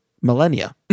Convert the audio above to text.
millennia